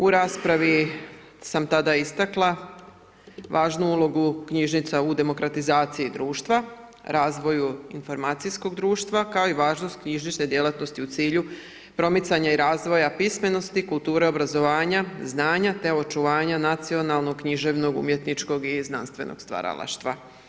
U raspravi sam tada istakla važnu ulogu knjižnica u demokratizaciji društva, razvoju informacijskog društva kao i važnost knjižnične djelatnosti u cilju promicanja i razvoja pismenosti, kulture, obrazovanja, znanja te očuvanja nacionalnog, književnog, umjetničkog i znanstvenog stvaralaštva.